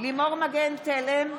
לימור מגן תלם,